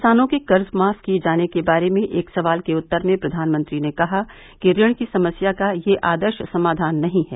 किसानों के कर्ज माफ किए जाने के बारे में एक सवाल के उत्तर में प्रधानमंत्री ने कहा कि ऋण की समस्या का यह आदर्श समाधान नहीं है